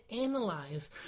analyze